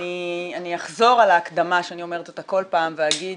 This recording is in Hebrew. אני אחזור על ההקדמה שאני אומרת אותה כל פעם ואגיד